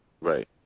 Right